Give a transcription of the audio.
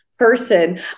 person